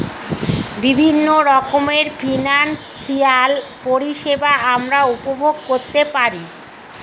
বিভিন্ন রকমের ফিনান্সিয়াল পরিষেবা আমরা উপভোগ করতে পারি